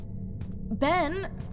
Ben